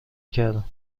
کردم